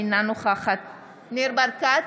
אינה נוכחת ניר ברקת,